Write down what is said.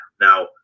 Now